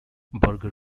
burger